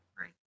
Right